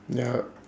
ya